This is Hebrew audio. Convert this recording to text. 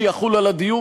תיאבקו בטרור,